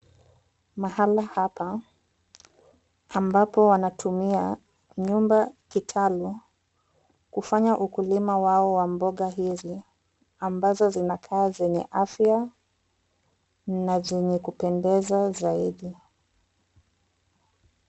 Mahala hapa ambapo wanatumia nyumba kitalu kufanya ukulima wao wa mboga hizi ambazo zinakaa zenye afya na zenye kupendeza zaidi.